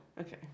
Okay